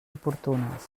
oportunes